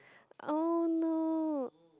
oh no